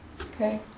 Okay